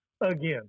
again